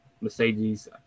Mercedes